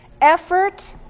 effort